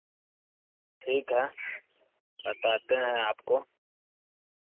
ठीक है बताते हैं आपको